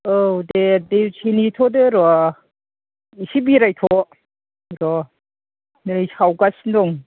औ दे दसे नेथदो र' एसे बेरायथ' र' नै सावगासिनो दं